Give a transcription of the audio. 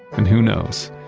and who knows?